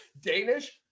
Danish